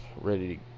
ready